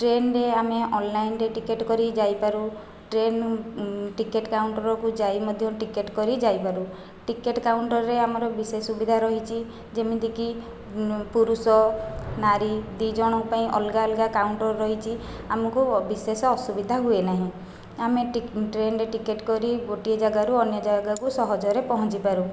ଟ୍ରେନ୍ରେ ଆମେ ଅନ୍ଲାଇନ୍ରେ ଟିକେଟ୍ କରି ଯାଇପାରୁ ଟ୍ରେନ୍ ଟିକେଟ୍ କାଉଣ୍ଟରକୁ ଯାଇ ମଧ୍ୟ ଟିକେଟ୍ କରିଯାଇପାରୁ ଟିକେଟ୍ କାଉଣ୍ଟରରେ ଆମର ବିଶେଷ ସୁବିଧା ରହିଛି ଯେମିତିକି ପୁରୁଷ ନାରୀ ଦୁଇ ଜଣଙ୍କ ପାଇଁ ଅଲଗା ଅଲଗା କାଉଣ୍ଟର ରହିଛି ଆମକୁ ବିଶେଷ ଅସୁବିଧା ହୁଏ ନାହିଁ ଆମେ ଟ୍ରେନ୍ରେ ଟିକେଟ୍ କରି ଗୋଟିଏ ଜାଗାରୁ ଅନ୍ୟ ଜାଗାକୁ ସହଜରେ ପହଞ୍ଚିପାରୁ